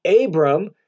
Abram